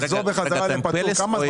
לחזור חזרה לפטור כמה זמן